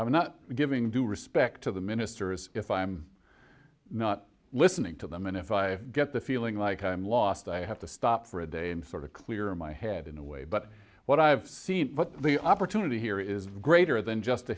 myself giving due respect to the ministers if i'm not listening to them and if i get the feeling like i'm lost i have to stop for a day and sort of clear my head in a way but what i've seen the opportunity here is greater than just the